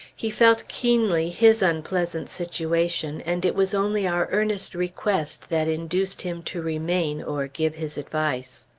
he felt keenly his unpleasant situation, and it was only our earnest request that induced him to remain, or give his advice.